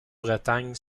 bretagne